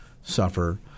suffer